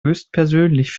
höchstpersönlich